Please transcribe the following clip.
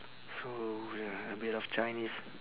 so ya a bit of chinese